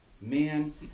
man